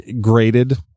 graded